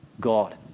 God